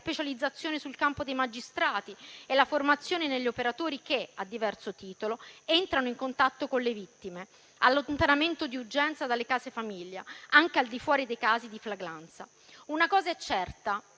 specializzazione sul campo dei magistrati e la formazione degli operatori che, a diverso titolo, entrano in contatto con le vittime; allontanamento d'urgenza dalle case di famiglia, anche al di fuori dei casi di flagranza. Una cosa è certa: